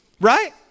Right